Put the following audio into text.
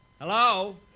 Hello